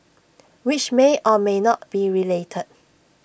which may or may not be related